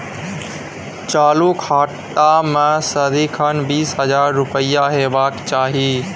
चालु खाता मे सदिखन बीस हजार रुपैया हेबाक चाही